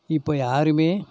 இப்போ யாருமே